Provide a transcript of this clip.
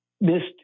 missed